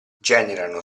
generano